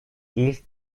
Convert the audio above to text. ilk